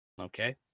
Okay